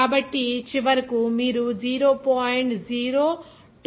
కాబట్టి చివరకు మీరు 0